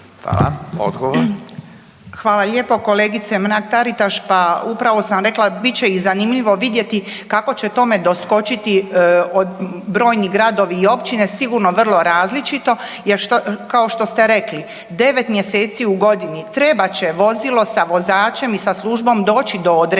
Branka (HDZ)** Hvala lijepo kolegice Mrak-Taritaš. Pa upravo sam rekla, bit će i zanimljivo vidjeti kako će tome doskočiti od brojni gradovi i općine, sigurno vrlo različito jer što, kao što ste rekli, 9 mjeseci u godini trebat će vozilo sa vozačem i sa službom doći do određenog